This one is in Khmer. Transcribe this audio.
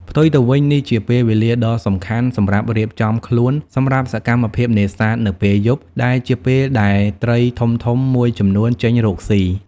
ផ្ទុយទៅវិញ នេះជាពេលវេលាដ៏សំខាន់សម្រាប់រៀបចំខ្លួនសម្រាប់សកម្មភាពនេសាទនៅពេលយប់ ដែលជាពេលដែលត្រីធំៗមួយចំនួនចេញរកស៊ី។